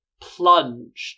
plunged